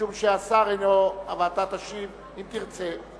משום שהשר איננו, ואתה תשיב, אם תרצה.